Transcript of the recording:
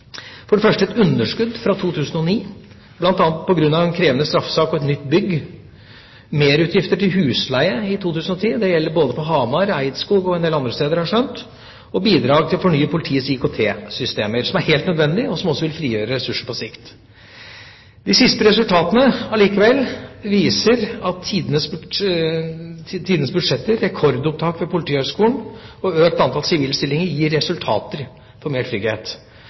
For det første et underskudd fra 2009, bl.a. på grunn av en krevende straffesak og et nytt bygg, merutgifter til husleie i 2010 – det gjelder både på Hamar, i Eidskog og en del andre steder, har jeg skjønt – og bidrag til å fornye politiets IKT-systemer, noe som er helt nødvendig, og som også vil frigjøre ressurser på sikt. De siste resultatene viser allikevel at tidenes budsjetter, rekordopptak ved Politihøgskolen og økt antall sivile stillinger gir resultater for mer trygghet.